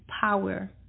power